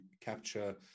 capture